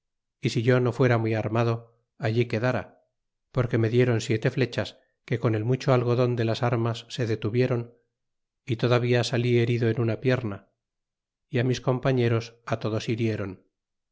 é si yo no fuera muy armado allí quedara porque me diéron siete flechas que con el mucho algodon de las armas se detuviéron y todavía salí herido en una pierna y a mis compañeros todos hirieron